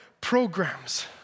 programs